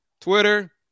Twitter